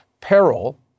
Peril